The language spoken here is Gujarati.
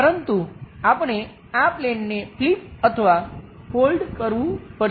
પરંતુ આપણે આ પ્લેનને ફ્લિપ અથવા ફોલ્ડ કરવું પડશે